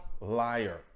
liar